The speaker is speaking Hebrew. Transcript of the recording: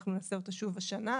אנחנו נעשה אותה שוב השנה.